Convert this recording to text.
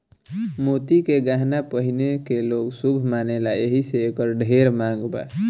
मोती के गहना पहिने के लोग शुभ मानेला एही से एकर ढेर मांग बा